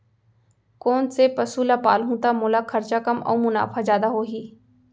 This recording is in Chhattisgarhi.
कोन से पसु ला पालहूँ त मोला खरचा कम अऊ मुनाफा जादा होही?